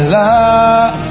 love